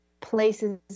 places